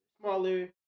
smaller